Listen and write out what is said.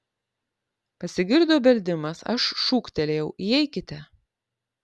pasigirdo beldimas aš šūktelėjau įeikite